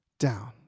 Down